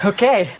Okay